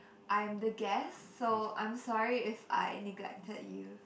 I am the guest so I'm sorry if I neglected you